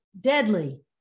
deadly